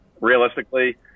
realistically